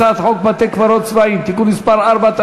הצעת חוק בתי-קברות צבאיים (תיקון מס' 4),